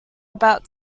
about